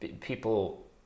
people